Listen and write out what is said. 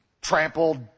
Trampled